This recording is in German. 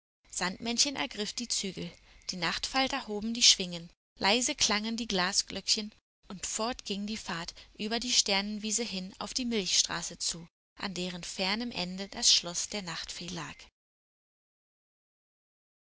sandmännchen ergriff die zügel die nachtfalter hoben die schwingen leise klangen die glasglöckchen und fort ging die fahrt über die sternenwiese hin auf die milchstraße zu an deren fernem ende das schloß der nachtfee lag